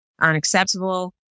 unacceptable